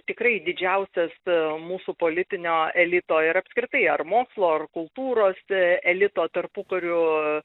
tikrai didžiausias mūsų politinio elito ir apskritai ar mokslo ar kultūros elito tarpukariu